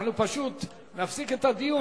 אנחנו פשוט נפסיק את הדיון.